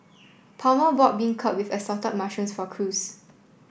Palmer bought beancurd with assorted mushrooms for Cruz